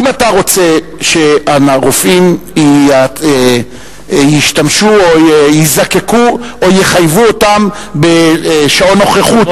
אם אתה רוצה שהרופאים ישתמשו או ייזקקו או יחייבו אותם בשעון נוכחות,